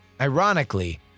Ironically